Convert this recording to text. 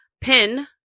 pin